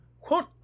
quote